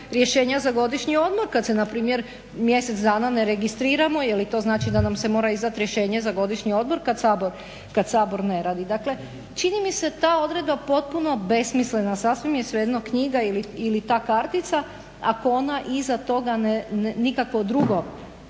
rješenja za godišnji odmor kada se npr. mjesec dana ne registriramo jeli to znači da će nam se mora izdati rješenje za godišnji odmor kada Sabor ne radi? Čini mi se ta odredba potpuno besmislena. Sasvim je svejedno knjiga ili ta kartica ako ona iza toga nikakvo drugo